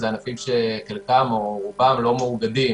הם ענפים שחלקם או רובם לא מאוגדים